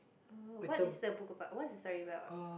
oh what is the book about what is the story about